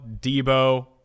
Debo